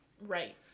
Right